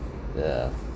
yeah